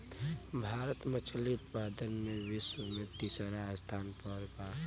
भारत मछली उतपादन में विश्व में तिसरा स्थान पर बा